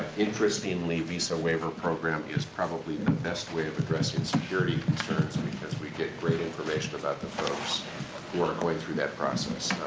interestly, and visa waiver program is probably the best way of addressing security concerns because we get great information about the folks who are going through that process.